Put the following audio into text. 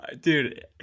dude